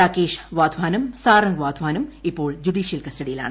രാകേഷ് വാധ്വാനും സാരംഗ് വാധ്വാനും ഇപ്പോൾ ജുഡീഷ്യൽ കസ്റ്റഡിയിലാണ്